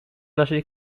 naszej